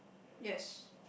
yes